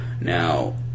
Now